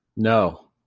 No